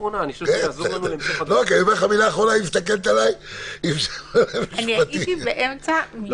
הייתי באמצע משפט.